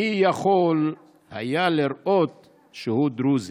/ מי יכול היה לראות שהוא דרוזי?